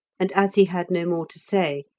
and as he had no more to say,